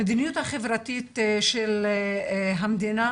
המדיניות החברתית של המדינה,